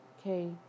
okay